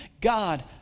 God